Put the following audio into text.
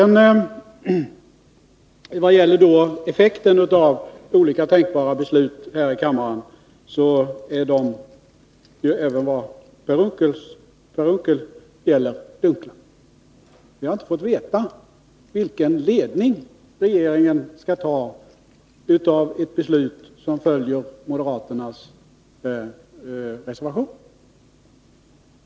När det gäller effekterna av olika tänkbara beslut här i kammaren så är de, även att döma av vad Per Unckel säger, dunkla. Jag har inte fått veta vilken ledning regeringen skall ha av ett beslut som följer moderaternas reservation.